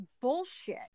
bullshit